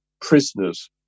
prisoners